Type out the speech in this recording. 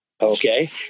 Okay